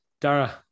Dara